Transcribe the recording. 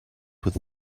with